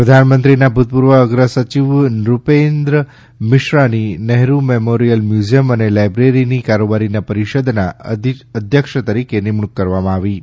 પ્રધાનમંત્રીના ભૂતપૂર્વ અગ્ર સચિવ નુપેદ્ર મિશ્રાની નહેરુ મેમોરિયલ મ્યુઝિયમ અને લાઈબ્રેરીની કારોબારીના પરિષદના અધ્યક્ષ તરીકે નિમણૂંક કરવામાં આવી છે